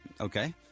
Okay